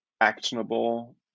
actionable